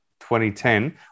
2010